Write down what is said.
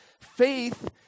Faith